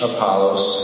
Apollos